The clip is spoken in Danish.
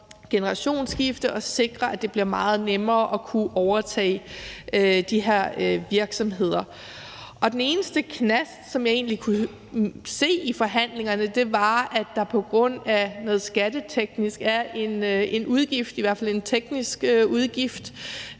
generationsskifte og at sikre, at det bliver meget nemmere at kunne overtage de her virksomheder. Den eneste knast, jeg egentlig kunne se i forhandlingerne, var, at der på grund af noget skatteteknisk er en udgift, i hvert fald en teknisk udgift,